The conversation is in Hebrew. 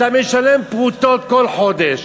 אתה משלם פרוטות כל חודש.